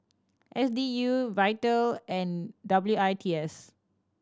S D U Vital and W I T S